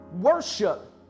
worship